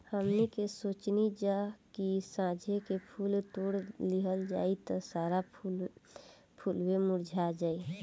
हमनी के सोचनी जा की साझे के फूल तोड़ लिहल जाइ त सारा फुलवे मुरझा जाइ